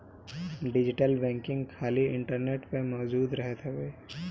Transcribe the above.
digital banking खाली internet पअ मौजूद रहत हवे